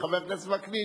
חבר הכנסת וקנין,